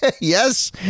Yes